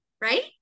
right